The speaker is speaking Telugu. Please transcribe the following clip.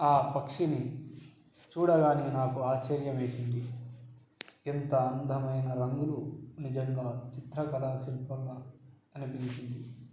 ఆ పక్షిని చూడగానే నాకు ఆశ్చర్యం వేసింది ఎంత అందమైన రంగులు నిజంగా చిత్రకళా శిల్పంగా అనిపించింది